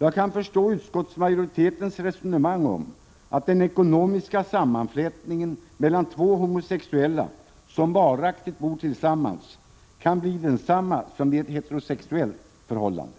Jag kan förstå utskottsmajoritetens resonemang om att den ekonomiska sammanflätningen mellan två homosexuella som varaktigt bor tillsammans kan bli densamma som vid ett heterosexuellt förhållande.